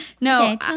No